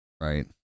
right